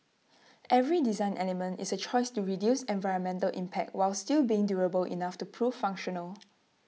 every design element is A choice to reduce environmental impact while still being durable enough to prove functional